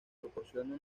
proporciona